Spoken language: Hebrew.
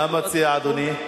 מה מציע אדוני?